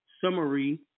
summary